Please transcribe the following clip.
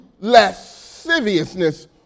lasciviousness